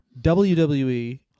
WWE